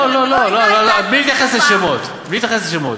לא לא לא, בלי להתייחס לשמות, בלי להתייחס לשמות.